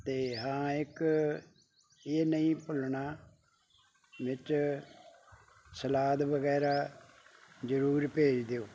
ਅਤੇ ਹਾਂ ਇੱਕ ਇਹ ਨਹੀਂ ਭੁੱਲਣਾ ਵਿੱਚ ਸਲਾਦ ਵਗੈਰਾ ਜ਼ਰੂਰ ਭੇਜ ਦਿਓ